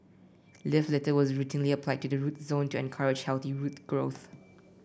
leaf litter was routinely applied to the root zone to encourage healthy root growth